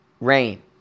rain